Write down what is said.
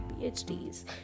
PhDs